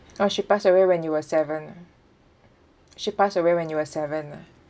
oh she passed away when you were seven ah she passed away when you were seven ah